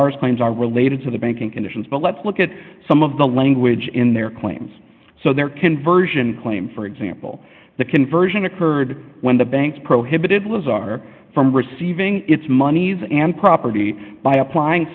spines are related to the banking conditions but let's look at some of the language in their claims so their conversion claim for example the conversion occurred when the bank prohibited lazhar from receiving its monies and property by applying